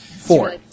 four